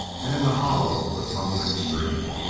and in the hollow a tumbling stream.